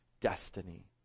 destiny